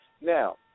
Now